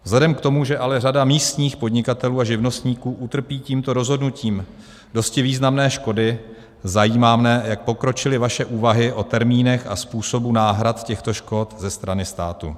Vzhledem k tomu, že ale řada místních podnikatelů a živnostníků utrpí tímto rozhodnutím dosti významné škody, zajímá mě, jak pokročily vaše úvahy o termínech a způsobu náhrad těchto škod ze strany státu.